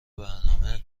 برنامه